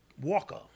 Walker